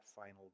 final